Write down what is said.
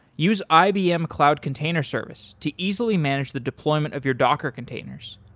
use ibm cloud container service to easily manage the deployment of your docker containers.